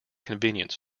convenience